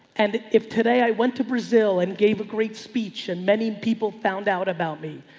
and if today i went to brazil and gave a great speech and many people found out about me,